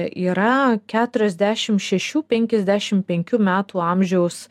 yra keturiasdešimt šešių penkiasdešimt penkių metų amžiaus